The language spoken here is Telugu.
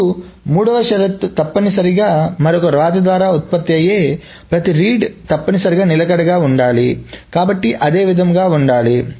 ఇప్పుడు మూడవ షరతు తప్పనిసరిగా మరొక వ్రాత ద్వారా ఉత్పత్తి అయ్యే ప్రతి రీడ్ తప్పనిసరిగా నిలకడగా ఉండాలి కాబట్టి అదే విధంగా ఉండాలి